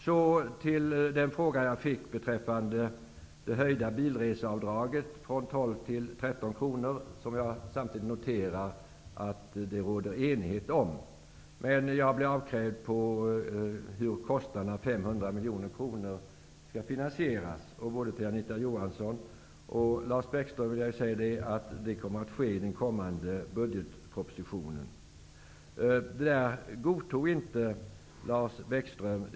Så till den fråga jag fick beträffande det höjda bilreseavdraget, från 12 till 13 kronor, som jag konstaterar att det råder enighet om. Jag blev tillfrågad om hur kostnaden, 500 miljoner kronor, skall finansieras. Till både Anita Johansson och Lars Bäckström vill jag säga att det kommer att ske i den kommande budgetpropositionen. Detta godtog inte Lars Bäckström.